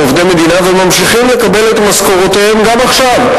עובדי מדינה והם ממשיכים לקבל את משכורותיהם גם עכשיו,